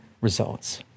results